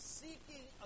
seeking